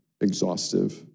exhaustive